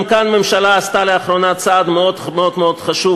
גם כאן הממשלה עשתה לאחרונה צעד מאוד מאוד חשוב,